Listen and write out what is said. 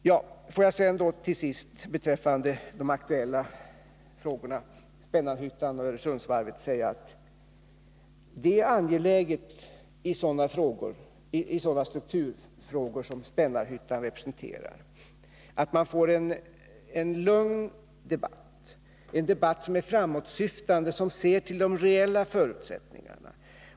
Till sist vill jag beträffande de aktuella frågorna Spännarhyttan och Öresundsvarvet säga att det är angeläget i sådana strukturfrågor som Spännarhyttan representerar att man får en lugn debatt — en debatt som är framåtsyftande, som ser till de reella förutsättningarna.